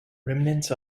remnants